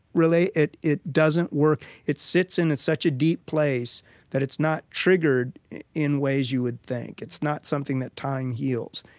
really, it it doesn't work. it sits in such a deep place that it's not triggered in ways you would think. it's not something that time heals.